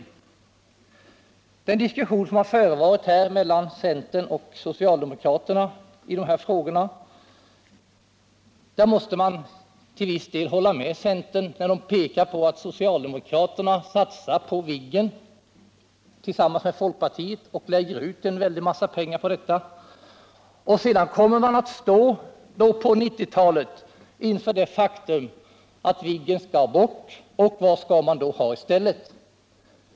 I den diskussion som har förts mellan centern och socialdemokraterna i dessa frågor måste man till viss del hålla med centern, när den pekar på att socialdemokraterna tillsammans med folkpartiet nu vill lägga ned en väldig massa pengar på Viggen, och sedan kommer man på 1990-talet att stå inför det faktum att Viggen skall bort. Vad skall man då ha i stället?